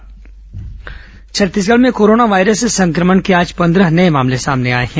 corona मरीज छत्तीसगढ़ में corona virus संक्रमण के आज उनतीस नए मामले सामने आए हैं